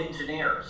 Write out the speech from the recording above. engineers